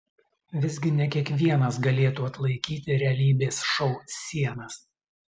visgi ne kiekvienas galėtų atlaikyti realybės šou sienas